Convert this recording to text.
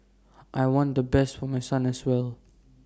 I want the best for my son as well